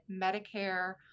Medicare